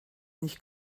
nicht